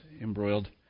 embroiled